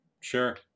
sure